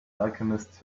alchemist